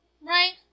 right